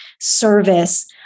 service